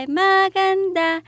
maganda